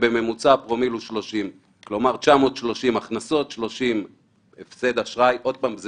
ממוצע הפרומיל הוא 30. עוד פעם,